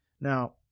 Now